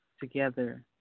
together